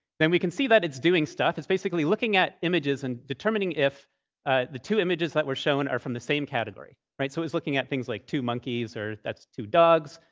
then we can see that it's doing stuff. it's basically looking at images and determining if the two images that were shown are from the same category, right? so it's looking at things like two monkeys or two dogs.